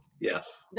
Yes